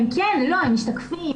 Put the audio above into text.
הם משתקפים.